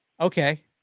Okay